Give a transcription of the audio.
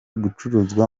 gucuruzwa